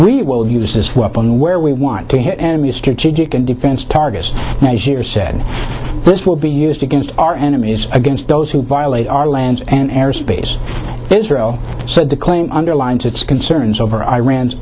we will use this weapon where we want to hit enemy strategic and defense targets are said this will be used against our enemies against those who violate our lands and airspace israel said the claim underlines its concerns over iran's